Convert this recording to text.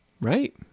Right